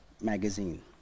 magazine